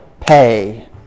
pay